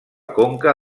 conca